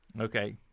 Okay